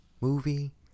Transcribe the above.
movie